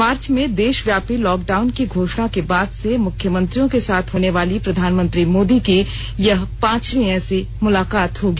मार्च में देशव्यापी लोकडाउन की घोषणा के बाद से मुख्यमंत्रियों के साथ होने वाली प्रधानमंत्री मोदी की यह पांचवीं ऐसी मुलाकात होगी